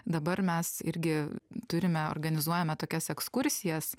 dabar mes irgi turime organizuojame tokias ekskursijas